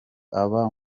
aba